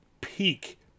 peak